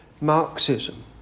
Marxism